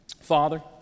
Father